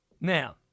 Now